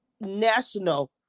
national